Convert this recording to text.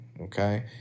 okay